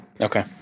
Okay